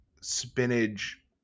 spinach